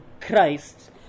Christ